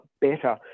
better